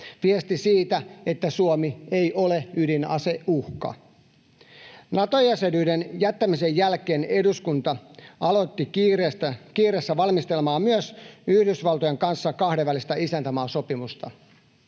viesti siitä, että Suomi ei ole ydinaseuhka. Nato-jäsenyyden jättämisen jälkeen eduskunta aloitti kiireessä valmistelemaan myös kahdenvälistä isäntämaasopimusta